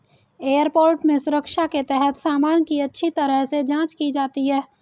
airport में सुरक्षा के तहत सामान की अच्छी तरह से जांच की जाती है